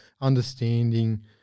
understanding